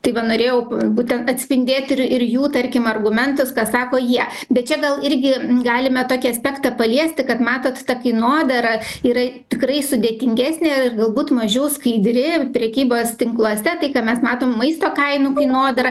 tai va norėjau būtent atspindėt ir ir jų tarkim argumentus ką sako jie bet čia gal irgi galime tokį aspektą paliesti kad matot ta kainodara yra tikrai sudėtingesnė ir galbūt mažiau skaidri prekybos tinkluose tai ką mes matom maisto kainų kainodara